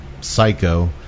psycho